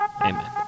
Amen